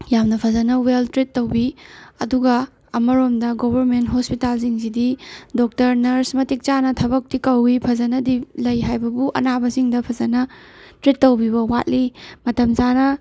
ꯌꯥꯝꯅ ꯐꯖꯅ well treat ꯇꯧꯕꯤ ꯑꯗꯨꯒ ꯑꯃꯔꯣꯝꯗ ꯒꯣꯚꯔꯟꯃꯦꯟꯠ ꯍꯣꯁꯄꯤꯇꯦꯜꯁꯤꯡꯁꯤꯗꯤ ꯗꯣꯛꯇꯔ ꯅꯔꯁ ꯃꯇꯤꯛ ꯆꯥꯅ ꯊꯕꯛꯇꯤ ꯀꯧꯏ ꯐꯖꯅꯗꯤ ꯂꯩ ꯍꯥꯏꯕꯕꯨ ꯑꯅꯥꯕꯁꯤꯡꯗ ꯐꯖꯅ ꯇ꯭ꯔꯤꯠ ꯇꯧꯕꯤꯕ ꯋꯥꯠꯂꯤ ꯃꯇꯝ ꯆꯥꯅ